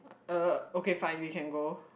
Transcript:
uh okay fine we can go